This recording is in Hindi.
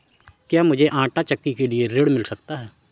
क्या मूझे आंटा चक्की के लिए ऋण मिल सकता है?